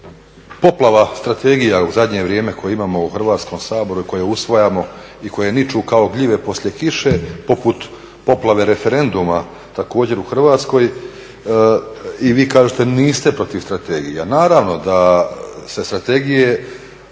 poplava strategija u zadnje vrijeme koje imamo u Hrvatskom saboru i koje usvajamo i koje niču kao gljive poslije kiše poput poplave referenduma također u Hrvatskoj i vi kažete niste protiv strategija. Naravno da su strategije